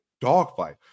dogfight